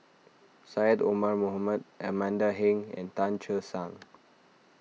Syed Omar Mohamed Amanda Heng and Tan Che Sang